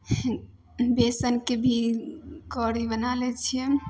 बेसनके भी कढ़ी बना लै छिए